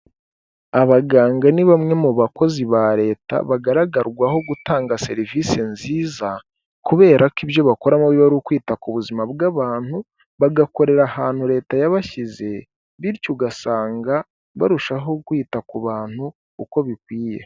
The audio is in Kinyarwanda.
Abaganga ni bamwe mu bakozi ba leta bagaragarwaho gutanga serivisi nziza kubera ko ibyo bakoramo biba ari ukwita ku buzima bw'abantu, bagakorera ahantu leta yabashyize bityo ugasanga barushaho kwita ku bantu uko bikwiye.